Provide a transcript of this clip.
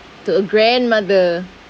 to a grandmother